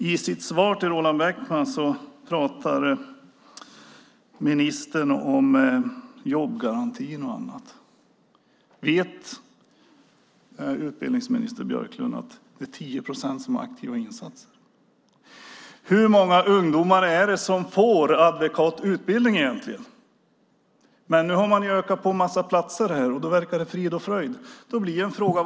I sitt svar till Roland Bäckman pratade ministern om jobbgarantin. Vet utbildningsminister Björklund att det är fråga om 10 procent i aktiva insatser? Hur många ungdomar får adekvat utbildning? Nu har antalet platser ökat, och då verkar det vara frid och fröjd.